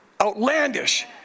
outlandish